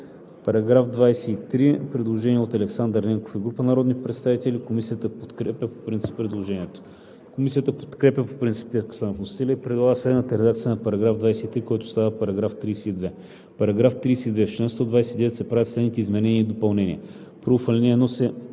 По § 23 има предложение от Александър Ненков и група народни представители. Комисията подкрепя по принцип предложението. Комисията подкрепя по принцип текста на вносителя и предлага следната редакция на § 23, който става § 32: „§ 32. В чл. 129 се правят следните изменения и допълнения: